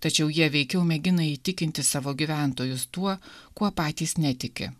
tačiau jie veikiau mėgina įtikinti savo gyventojus tuo kuo patys netiki